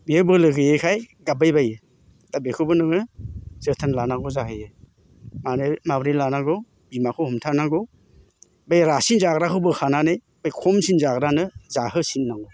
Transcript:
बेयो बोलो गोयैखाय गाब्बायबायो दा बेखौबो नोङो जोथोन लानांगौ जाहैयो मानो माबोरै लानांगौ बिमाखौ हमथानांगौ बे रासिन जाग्राखौ बोखानानै बे खमसिन जाग्रानो जाहोसिन्नांगौ